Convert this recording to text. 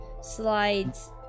slides